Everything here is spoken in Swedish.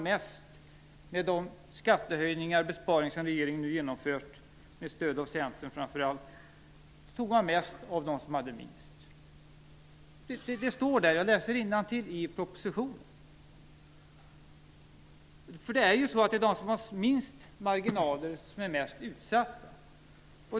Med de skattehöjningar och besparingar som regeringen nu har genomfört med stöd av framför allt Centern tog man mest av dem som hade minst. Det står där. Jag kan läsa det innantill i propositionen. De som har minst marginaler är mest utsatta.